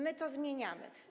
My to zmieniamy.